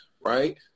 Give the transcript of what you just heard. right